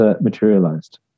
materialized